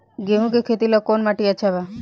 गेहूं के खेती ला कौन माटी अच्छा बा?